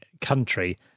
country